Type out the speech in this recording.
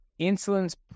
Insulin's